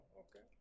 okay